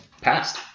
passed